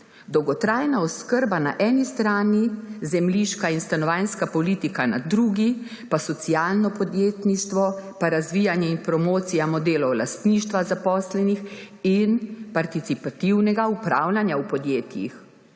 dolgotrajna oskrba na eni strani, zemljišča in stanovanjska politika na drugi, pa socialno podjetništvo pa razvijanje in promocija modelov lastništva zaposlenih in participativnega upravljanja v podjetjih,